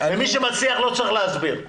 מי שמצליח לא צריך להסביר.